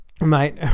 Mate